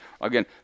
Again